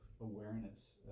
awareness